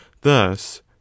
Thus